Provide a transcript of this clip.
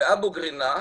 באבו קרינאת